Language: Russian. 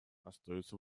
остаются